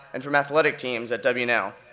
and from athletic teams at w and l.